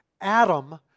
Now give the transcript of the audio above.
Adam